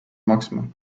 maksma